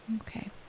Okay